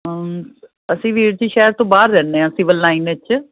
ਅਸੀਂ ਵੀਰ ਜੀ ਸ਼ਹਿਰ ਤੋਂ ਬਾਹਰ ਰਹਿੰਦੇ ਹਾਂ ਸਿਵਲ ਲਾਈਨ ਵਿੱਚ